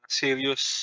serious